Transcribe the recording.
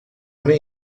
una